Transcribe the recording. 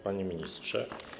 Panie Ministrze!